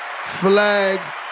flag